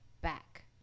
back